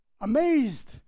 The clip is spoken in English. amazed